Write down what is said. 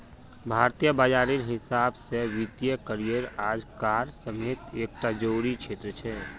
भारतीय बाजारेर हिसाब से वित्तिय करिएर आज कार समयेत एक टा ज़रूरी क्षेत्र छे